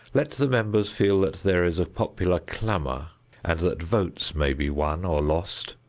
let the members feel that there is a popular clamor and that votes may be won or lost,